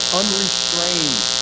unrestrained